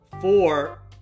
four